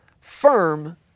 firm